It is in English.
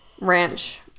ranch